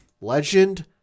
Legend